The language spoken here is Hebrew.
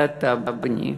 וזה אתה, בני.